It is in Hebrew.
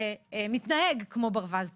מתנהג כמו ברווז צולע,